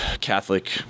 Catholic